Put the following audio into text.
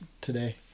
today